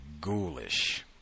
ghoulish